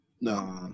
No